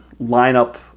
lineup